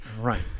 right